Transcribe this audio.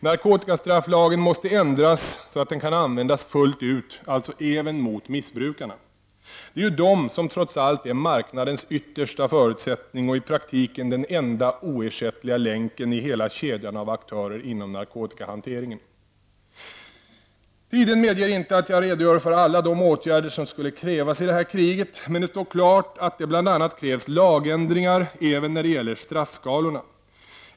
Narkotikastrafflagen måste ändras, så att den kan användas fullt ut -- alltså även mot missbrukarna. Det är ju de som trots allt är marknadens yttersta förutsättning och i praktiken den enda oersättliga länken i hela kedjan av aktörer inom narkotikahanteringen. Tiden medger inte att jag redogör för alla åtgärder som skulle behövas i det här kriget. Men det står klart att det bl.a. krävs lagändringar även när det gäller straffskalorna.